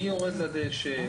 מי יורד לדשא,